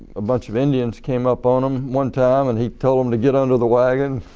a bunch of indians came up on him one time and he told them to get under the wagon.